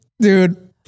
Dude